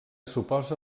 suposa